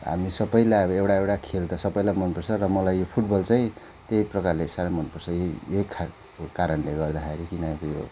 हामी सबैलाई अब एउटा एउटा खेल त सबैलाई मन पर्छ र मलाई यो फुटबल चाहिँ त्यही प्रकारले साह्रो मन पर्छ यही यही खा कारणले गर्दाखेरि किनकि यो